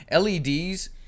LEDs